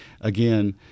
again